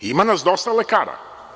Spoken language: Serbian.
Ima nas dosta lekara.